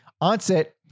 Onset